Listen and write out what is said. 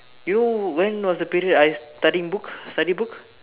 you when was the period I studying books study books